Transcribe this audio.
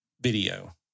video